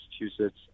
Massachusetts